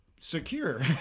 secure